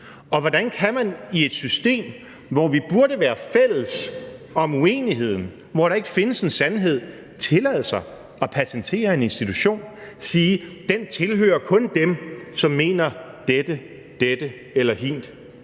Hvordan kan man i et system, hvor vi burde være fælles om uenigheden, hvor der ikke findes en sandhed, tillade sig at patentere en institution og sige: Den tilhører kun dem, som mener dette, dette eller hint?